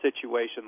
situation